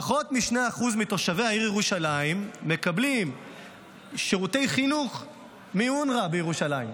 פחות מ-2% מתושבי העיר ירושלים מקבלים שירותי חינוך מאונר"א בירושלים,